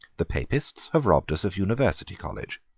the papists have robbed us of university college.